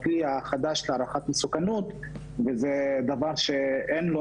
בכלי החדש להערכת מסוכנות וזה דבר שאין לא